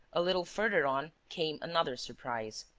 a little further on came another surprise.